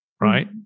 right